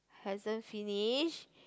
hasn't finish